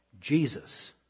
Jesus